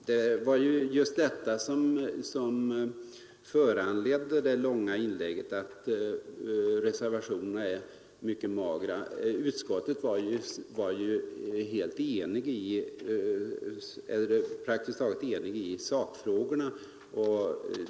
Herr talman! Anledningen till mitt långa inlägg var bl.a. att reservationerna är mycket magra till sitt innehåll. Utskottet var praktiskt taget enigt i sakfrågorna.